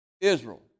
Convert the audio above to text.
Israel